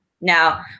now